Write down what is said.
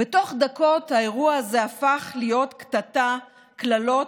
ותוך דקות האירוע הזה הפך להיות קטטה: קללות,